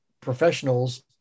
professionals